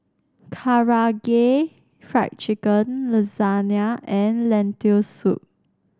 Karaage Fried Chicken Lasagne and Lentil Soup